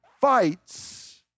fights